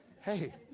hey